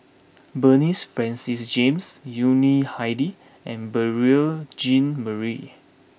Bernard Francis James Yuni Hadi and Beurel Jean Marie